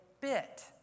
bit